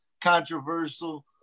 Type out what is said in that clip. controversial